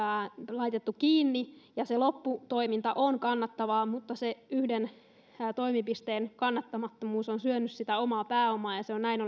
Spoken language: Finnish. laitettu kiinni se loppu toiminta on kannattavaa mutta se yhden toimipisteen kannattamattomuus on syönyt sitä omaa pääomaa ja se on näin